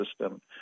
system